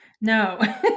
No